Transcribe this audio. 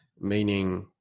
meaning